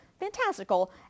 fantastical